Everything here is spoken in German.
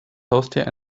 haustier